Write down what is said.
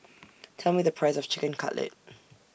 Tell Me The Price of Chicken Cutlet